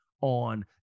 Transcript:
on